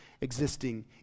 existing